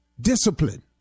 Discipline